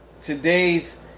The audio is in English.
today's